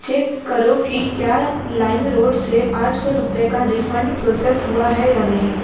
check करो कि क्या लाइमरोड से आठ सौ रुपये का रिफंड प्रोसेस हुआ है या नहीं